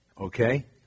Okay